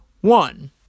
one